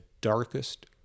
darkest